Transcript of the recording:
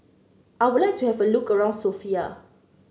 I would like to have a look around Sofia